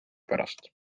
pärast